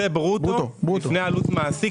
זה ברוטו לפני עלות מעסיק,